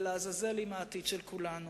ולעזאזל עם העתיד של כולנו.